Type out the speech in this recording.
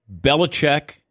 Belichick